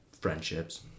friendships